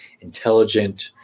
intelligent